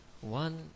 One